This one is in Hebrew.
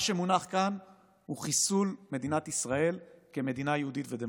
מה שמונח כאן הוא חיסול מדינת ישראל כמדינה יהודית ודמוקרטית.